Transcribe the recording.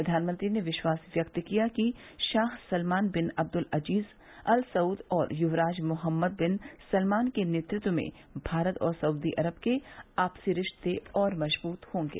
प्रधानमंत्री ने विश्वास व्यक्त किया कि शाह Salman bin Abdul Aziz Al Saud और युवराज मोहम्मद बिन सलमान के नेतृत्व में भारत और सऊदी अरब के आपसी रिश्ते और मजबूत होंगे